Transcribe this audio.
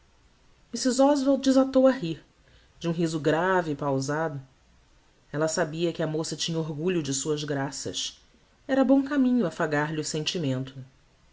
mrs oswald desatou a rir de um riso grave e pausado ella sabia que a moça tinha orgulho de suas graças era bom caminho affagar lhe o sentimento